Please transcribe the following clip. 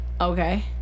Okay